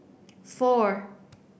four